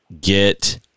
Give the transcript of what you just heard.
get